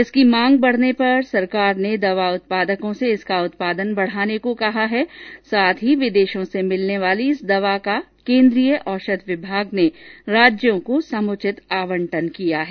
इसकी मांग बढ़ने पर सरकार ने दवा उत्पादकों से इसका उत्पादन बढ़ाने को कहा है साथ ही विदेशों से मिलने वाली इस दवा का केन्द्रीय औषध विभाग ने राज्यों को समुचित आवंटन किया है